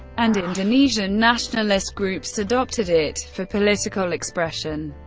and indonesian nationalist groups adopted it for political expression.